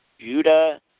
Judah